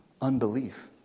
Unbelief